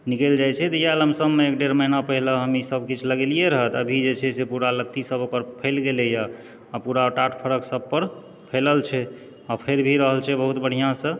निकलि जाय छै तऽ इएह लमसममे एक डेढ़ महिना पहिले हम ई सब किछु लगेलियै रहऽ तऽ अभी जे छै से पूरा लत्ती सब ओकर फैल गेलैया आ पूरा टाट फरक सब पर फैलल छै आ फड़ि भी रहल छै बहुत बढ़िआसँ